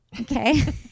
Okay